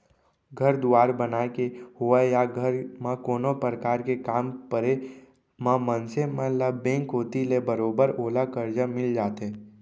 घर दुवार बनाय के होवय या घर म कोनो परकार के काम परे म मनसे मन ल बेंक कोती ले बरोबर ओला करजा मिल जाथे